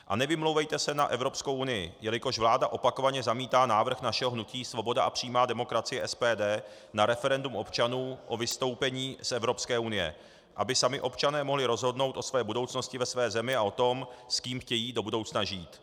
A nevymlouvejte se na Evropskou unii, jelikož vláda opakovaně zamítá návrh našeho hnutí Svoboda a přímá demokracie SPD na referendum občanů o vystoupení z Evropské unie, aby sami občané mohli rozhodnout o své budoucnosti ve své zemi a o tom, s kým chtějí do budoucna žít.